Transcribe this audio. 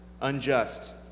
unjust